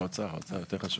האוצר, האוצר יותר חשוב.